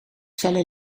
felle